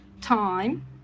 time